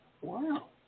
Wow